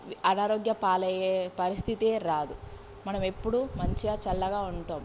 అనారోగ్య పాలయ్యే పరిస్థితే రాదు మనము ఎప్పుడూ మంచిగా చల్లగా ఉంటాం